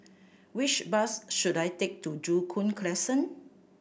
which bus should I take to Joo Koon Crescent